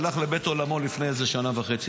הוא הלך לבית עולמו לפני בערך שנה וחצי,